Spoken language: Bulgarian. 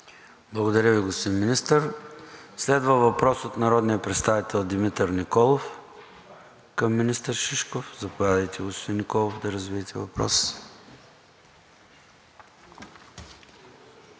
Благодаря Ви, господин Министър. Следва въпрос от народния представител Димитър Николов към министър Шишков. Заповядайте, господин Николов, да развиете въпроса